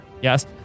Yes